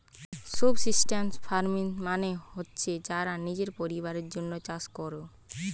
subsistence farming মানে হচ্ছে যারা নিজের পরিবারের জন্যে চাষ কোরে